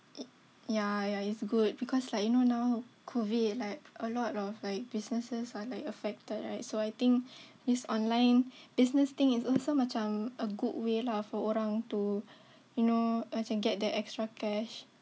ya ya is good because like you know now COVID like a lot of like businesses are like affected right so I think this online business thing is also macam a good way lah for orang to you know macam get that extra cash